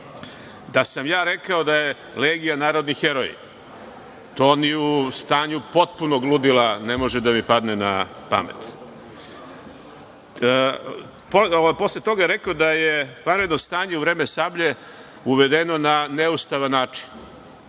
da sam ja rekao da je Legija narodni heroj. To ni u stanju potpunog ludila ne može da mi padne na pamet. Posle toga je rekao da je vanredno stanje u vreme "Sablje" uvedeno na neustavan način